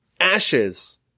ashes